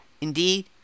Indeed